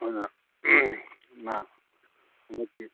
ꯑꯗꯨꯅ ꯃꯥ ꯍꯟꯗꯛꯇꯤ